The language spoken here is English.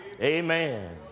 Amen